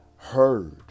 Heard